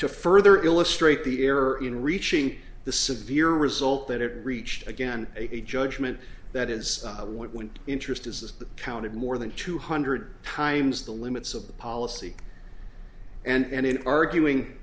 to further illustrate the error in reaching the severe result that it reached again a judgment that is when interest is counted more than two hundred times the limits of the policy and in arguing